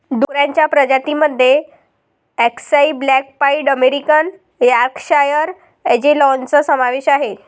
डुक्करांच्या प्रजातीं मध्ये अक्साई ब्लॅक पाईड अमेरिकन यॉर्कशायर अँजेलॉनचा समावेश आहे